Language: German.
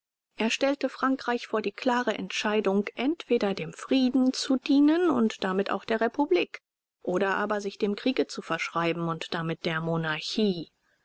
er stellte frankreich vor die klare entscheidung entweder dem frieden zu dienen und damit auch der republik oder aber sich dem kriege zu verschreiben und damit der monarchie